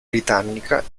britannica